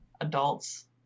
adults